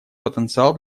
потенциал